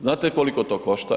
Znate koliko to košta?